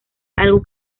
algo